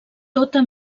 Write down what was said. tota